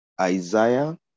Isaiah